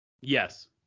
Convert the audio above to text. Yes